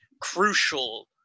crucial